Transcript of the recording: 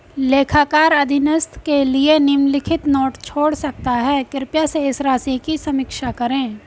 लेखाकार अधीनस्थ के लिए निम्नलिखित नोट छोड़ सकता है कृपया शेष राशि की समीक्षा करें